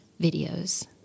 videos